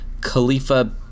Khalifa